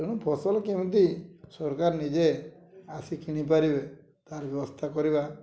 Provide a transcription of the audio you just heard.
ତେଣୁ ଫସଲ କେମିତି ସରକାର ନିଜେ ଆସି କିଣିପାରିବେ ତା'ର ବ୍ୟବସ୍ଥା କରିବା